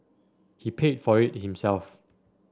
he paid for it himself